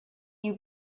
you